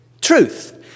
truth